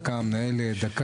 המנהלת,